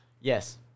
Yes